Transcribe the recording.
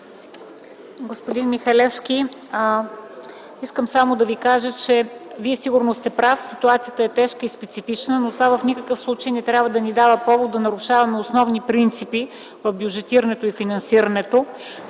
Господин Михалевски, искам само да Ви кажа, че сигурно сте прав – ситуацията е тежка и специфична, но това в никакъв случай не трябва да ни дава повод да нарушаваме основни принципи в бюджетирането и финансирането.